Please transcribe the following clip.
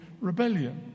rebellion